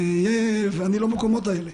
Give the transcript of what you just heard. ושילבתי בקבלת ההחלטות,